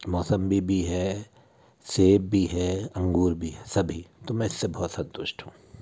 मौसम्बी भी है सेब भी है अंगूर भी है सभी है तो मैं इससे बहुत संतुष्ट हूँ